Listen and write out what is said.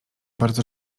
bardzo